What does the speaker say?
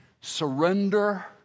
surrender